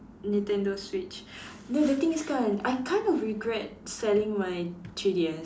Nintendo Switch no the thing is kan I kind of regret selling my three D_S